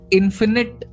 infinite